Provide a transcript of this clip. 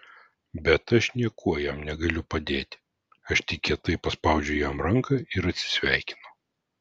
bet aš niekuo jam negaliu padėti aš tik kietai paspaudžiu jam ranką ir atsisveikinu